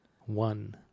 One